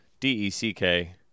D-E-C-K